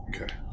Okay